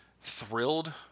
thrilled